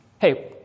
Hey